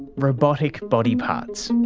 robotic body parts.